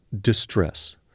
distress